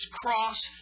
cross